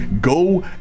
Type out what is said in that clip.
Go